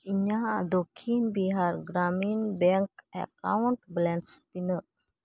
ᱤᱧᱟᱹᱜ Dakshin Bihar Gramin bank account balance ᱛᱤᱱᱟᱹᱜ